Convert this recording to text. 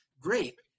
Great